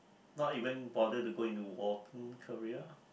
not even bothered to go into war career